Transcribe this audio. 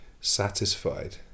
satisfied